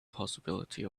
possibility